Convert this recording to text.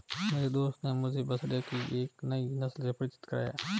मेरे दोस्त ने मुझे बछड़े की एक नई नस्ल से परिचित कराया